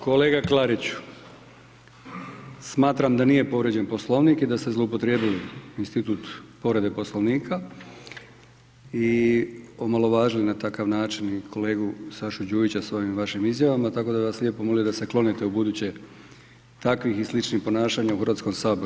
Kolega Klariću smatram da nije povrijeđen Poslovnik i da ste zloupotrijebili institut povrede Poslovnika i omalovažili na takav način i kolegu Sašu Đujića s ovim vašim izjavama tako da bi vas lijepo molio da se klonete ubuduće takvih i sličnih ponašanja u Hrvatskom saboru.